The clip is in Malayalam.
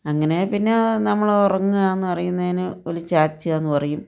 അങ്ങനെ പിന്നെ നമ്മൾ ഉറങ്ങുക എന്ന് പറയുന്നതിന് ഓല് ചാച്ചുക എന്ന് പറയും